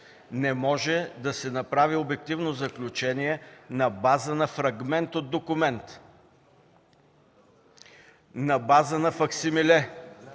Не може да се направи обективно заключение на базата на фрагмент от документ, на база на факсимиле,